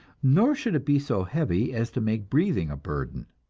nor should it be so heavy as to make breathing a burden.